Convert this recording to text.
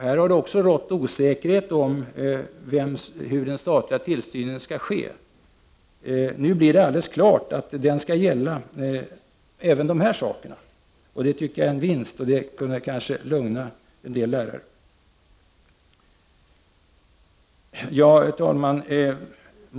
Här har det också rått osäkerhet om hur den statliga styrningen skall ske. Nu blir det alldeles klart att den skall gälla även de här sakerna. Det tycker jag är en vinst, och det kan kanske lugna en del lärare. Herr talman!